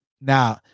Now